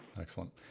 Excellent